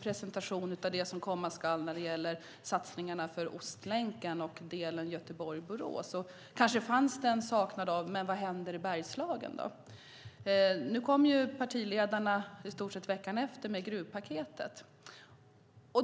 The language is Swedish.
presentation av en del av det som komma ska när det gäller satsningarna på Ostlänken och delen Göteborg-Borås. Kanske saknade man då vad som händer i Bergslagen. Men någon vecka senare kom partiledarna med gruvpaketet.